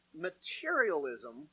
materialism